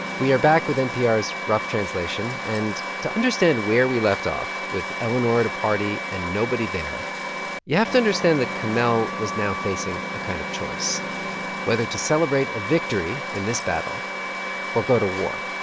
we are back with npr's rough translation. and to understand where we left off with eleanor at a party and nobody there you have to understand that kamel was now facing a kind of choice whether to celebrate a victory in this battle or go to war